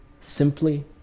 simply